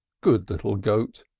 good little goat!